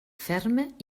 ferma